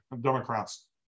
Democrats